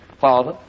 Father